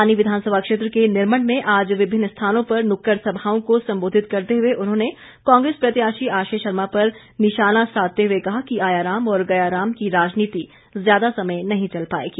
आनी विधानसभा क्षेत्र के निरमंड में आज विभिन्न स्थानों पर नुक्कड़ सभाओं को सम्बोधित करते हुए उन्होंने कांग्रेस प्रत्याशी आश्रय शर्मा पर निशाना साधते हुए कहा कि आया राम और गया राम की राजनीति ज्यादा समय नहीं चल पाएगी